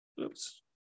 Oops